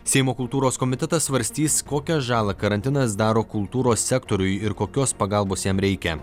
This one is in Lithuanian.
seimo kultūros komitetas svarstys kokią žalą karantinas daro kultūros sektoriui ir kokios pagalbos jam reikia